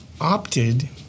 opted